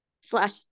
slash